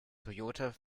toyota